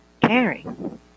Caring